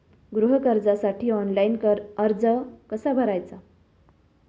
गृह कर्जासाठी ऑनलाइन अर्ज कसा भरायचा?